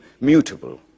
mutable